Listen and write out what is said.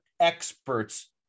experts